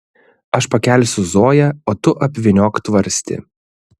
aš pakelsiu zoją o tu apvyniok tvarstį